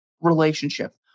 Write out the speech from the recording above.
relationship